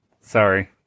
Sorry